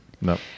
No